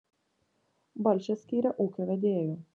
balčą skyrė ūkio vedėju